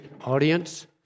audience